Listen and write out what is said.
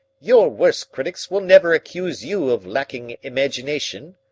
your worst critics will never accuse you of lacking imagination,